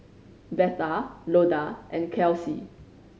Betha Loda and Kelsie